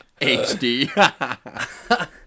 HD